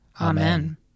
Amen